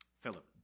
Philip